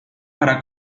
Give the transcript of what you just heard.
para